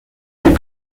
مكان